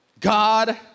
God